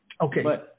Okay